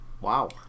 wow